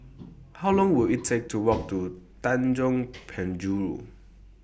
How Long Will IT Take to Walk to Tanjong Penjuru